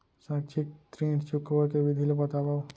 शैक्षिक ऋण चुकाए के विधि ला बतावव